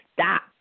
stop